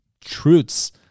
truths